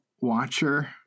watcher